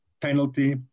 penalty